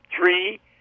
three